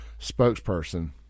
spokesperson